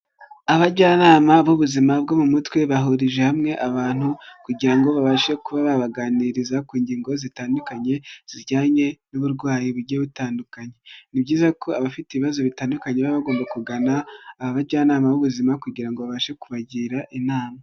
Abajyanama b'ubuzima bwo mu mutwe bahurije hamwe abantu kugira ngo babashe kuba babaganiriza ku ngingo zitandukanye zijyanye n'uburwayi bugiye butandukanye. Ni byiza ko abafite ibibazo bitandukanye baba bagomba kugana aba bajyanama b'ubuzima kugira ngo babashe kubagira inama.